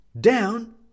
Down